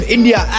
India